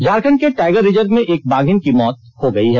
झारखंड के tiger reserve में एक बाधिन की मौत हो गयी है